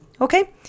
Okay